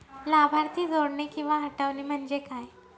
लाभार्थी जोडणे किंवा हटवणे, म्हणजे काय?